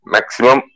Maximum